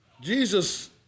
Jesus